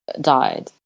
died